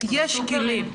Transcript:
יש כלים.